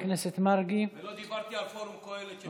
ולא דיברתי על פורום קהלת.